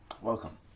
Welcome